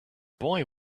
boy